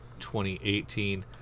2018